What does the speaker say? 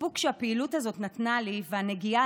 הסיפוק שהפעילות הזאת נתנה לי והנגיעה